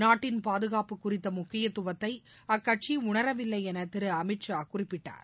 நாட்டின் பாதுகாப்பு குறித்த முக்கியத்துவத்தை அக்கட்சி உணரவில்லை என திரு அமித்ஷா குறிப்பிட்டார்